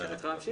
(היו"ר רם שפע)